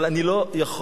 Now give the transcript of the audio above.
אבל אני לא יכול,